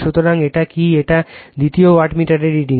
সুতরাং এটা কি এটা দ্বিতীয় ওয়াটমিটারের রিডিং